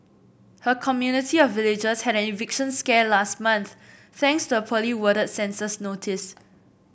her community of villagers had an eviction scare last month thanks to a poorly worded census notice